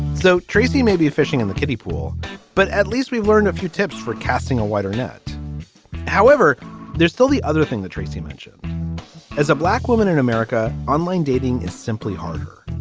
so tracy be fishing in the kiddie pool but at least we learned a few tips for casting a wider net however there's still the other thing that tracy mentioned as a black woman in america online dating is simply harder.